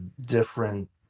different